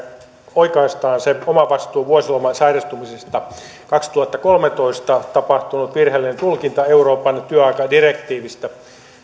oikaistaan se omavastuu vuosilomalla sairastumisesta kaksituhattakolmetoista tapahtunut virheellinen tulkinta euroopan työaikadirektiivistä